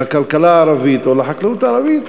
לכלכלה הערבית או לחקלאות הערבית,